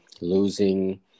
losing